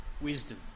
wisdom